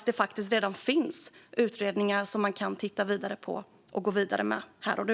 Det finns redan utredningar som man kan titta på och gå vidare med här och nu.